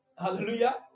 Hallelujah